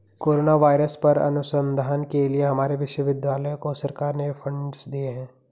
corona virus पर अनुसंधान के लिए हमारे विश्वविद्यालय को सरकार ने फंडस दिए हैं